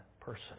person